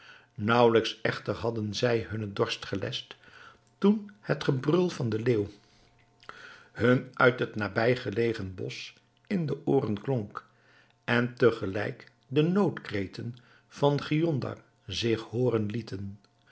naauwelijks echter hadden zij hunnen dorst gelescht toen het gebrul van den leeuw hun uit het nabijgelegen bosch in de ooren klonk en te gelijk de noodkreten van giondar zich hooren lieten